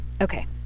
okay